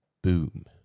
boom